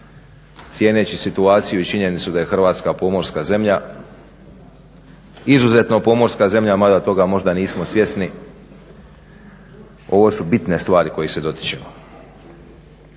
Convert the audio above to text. Cijeneći situaciju i činjenicu da je Hrvatska pomorska zemlja, izuzetno pomorska zemlja mada toga možda nismo svjesni. Ovo su bitne stvari kojih se dotičemo.